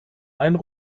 einen